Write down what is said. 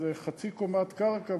באיזו חצי קומת קרקע,